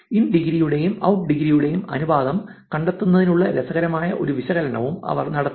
in degree യുടെയും out degree യുടെയും അനുപാതം കണ്ടെത്തുന്നതിനുള്ള രസകരമായ ഒരു വിശകലനവും അവർ നടത്തി